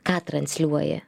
ką transliuoja